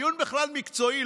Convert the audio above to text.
דיון בכלל מקצועי,